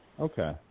Okay